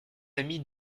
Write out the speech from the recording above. amis